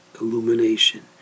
illumination